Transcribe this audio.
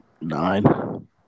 nine